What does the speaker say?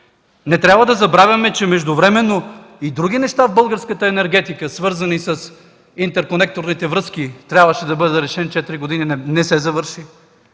Не трябва да забравяме, че междувременно и други неща в българската енергетика, свързани с интерконекторните връзки, трябваше да бъдат решени. Четири години не се завършиха.